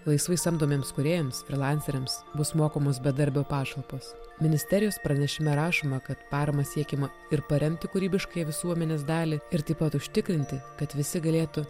laisvai samdomiems kūrėjams ir frilanceriams bus mokamos bedarbio pašalpos ministerijos pranešime rašoma kad parama siekiama ir paremti kūrybiškąją visuomenės dalį ir taip pat užtikrinti kad visi galėtų